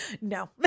No